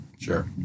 Sure